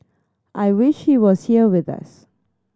I wish he was here with us